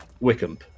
Wickham